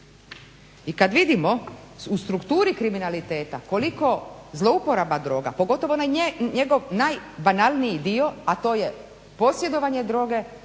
I kada vidimo u strukturi kriminaliteta koliko zlouporaba droga pogotovo onaj njegov najbanalniji dio, a to je posjedovanje droge,